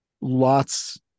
Lots